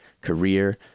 career